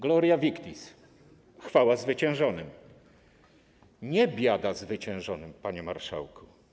Gloria victis, chwała zwyciężonym, nie biada zwyciężonym, panie marszałku.